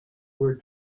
were